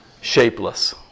shapeless